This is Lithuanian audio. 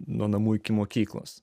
nuo namų iki mokyklos